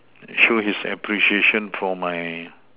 show his appreciation for my